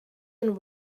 and